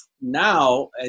now